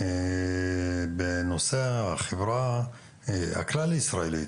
בנושא החברה הכלל ישראלית,